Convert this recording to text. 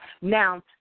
Now